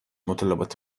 مطالبات